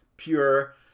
pure